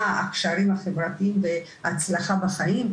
של הקשרים החברתיים והצלחה בחיים,